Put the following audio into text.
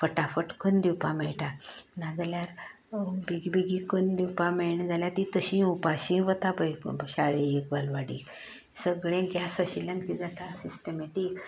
फटाफट करून दिवपाक मेळटा ना जाल्यार बेगी बेगीन करून दिवपाक मेळना जाल्यार ती तशीं उपाशीं वता पळय शाळेक बालवाडीक सगळें गॅस आशिल्ल्यान किद जाता सिस्टमेटिक